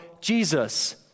Jesus